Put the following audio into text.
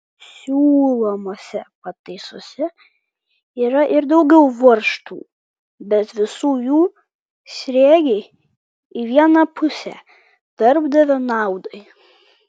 siūlomose pataisose yra ir daugiau varžtų bet visų jų sriegiai į vieną pusę darbdavio naudai